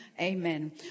Amen